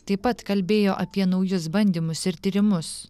taip pat kalbėjo apie naujus bandymus ir tyrimus